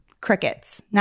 Crickets